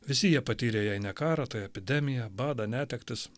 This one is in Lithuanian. visi jie patyrė jei ne karą tai epidemiją badą netektis